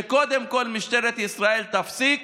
שקודם כול משטרת ישראל תפסיק